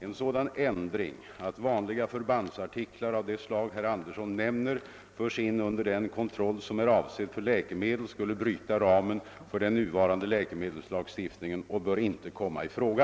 En sådan ändring att vanliga förbandsartiklar av det slag herr Andersson nämner förs in under den kontroll som är avsedd för läkemedel skulle bryta ramen för den nuvarande läkemedelslagstiftningen och bör inte komma i fråga.